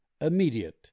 immediate